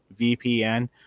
VPN